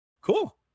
Cool